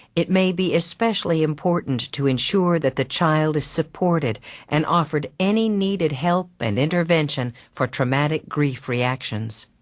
it may be especially important to ensure that the child is supported and offered any needed help and intervention for traumatic grief reactions.